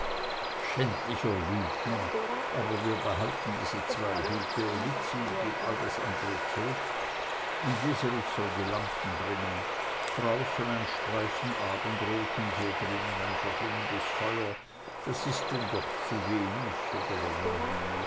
schändlicher lügner aber wir behalten diese zwei hüte lizzi gib all das andre zurück und jeserich soll die lampen bringen draußen ein streifen abendrot und hier drinnen ein verglimmendes feuer das ist denn doch zuwenig oder wenn man will